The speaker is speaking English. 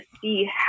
see